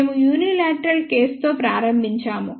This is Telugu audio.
మేము యూనిలేట్రల్ కేసుతో ప్రారంభించాము